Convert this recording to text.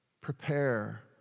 Prepare